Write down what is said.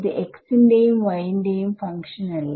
ഇത് x ന്റെയും y ന്റെയും ഫങ്ക്ഷൻ അല്ല